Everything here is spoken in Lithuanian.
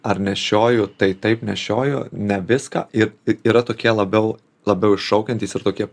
ar nešioju tai taip nešioju ne viską ir yra tokie labiau labiau iššaukiantys ir tokie